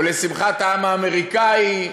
או לשמחת העם האמריקני,